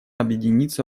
объединиться